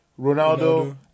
Ronaldo